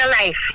life